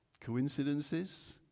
coincidences